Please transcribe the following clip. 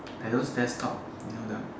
like those desktop you know the